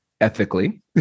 ethically